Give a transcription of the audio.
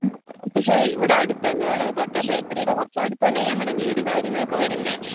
പക്ഷെ ഇവിടെ അടുത്തു തന്നെയാണ് തൊട്ട് ബേക്കറിയുടെ കുറച്ച് അടുത്തുതന്നെ ഞങ്ങളുടെ വീട് കാര്യങ്ങളൊക്കെ വരുന്നത്